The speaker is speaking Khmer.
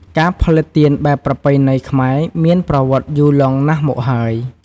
ការផលិតទៀនបែបប្រពៃណីខ្មែរ មានប្រវត្តិយូរលង់ណាស់មកហើយ។